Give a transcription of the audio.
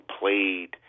played